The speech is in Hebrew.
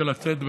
לצאת בחזרה.